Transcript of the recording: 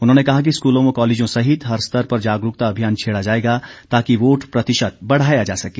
उन्होंने कहा कि स्कूलों व कॉलेजों सहित हर स्तर पर जागरूकता अभियान छेड़ा जाएगा ताकि वोट प्रतिशत बढ़ाया जा सके